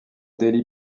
daily